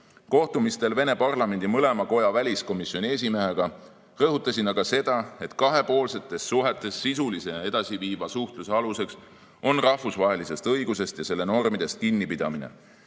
Kohtumistel Venemaa parlamendi mõlema koja väliskomisjoni esimehega rõhutasin aga seda, et kahepoolsetes suhetes sisulise ja edasiviiva suhtluse alus on rahvusvahelisest õigusest ja selle normidest kinnipidamine.